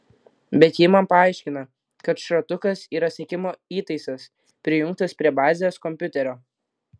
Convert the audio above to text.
bet ji man paaiškina kad šratukas yra sekimo įtaisas prijungtas prie bazės kompiuterio